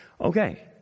Okay